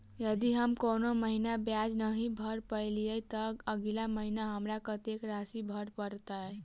यदि हम कोनो महीना ब्याज नहि भर पेलीअइ, तऽ अगिला महीना हमरा कत्तेक राशि भर पड़तय?